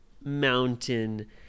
mountain